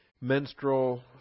menstrual